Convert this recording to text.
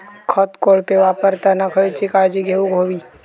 खत कोळपे वापरताना खयची काळजी घेऊक व्हयी?